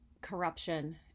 corruption